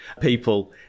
people